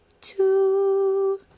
two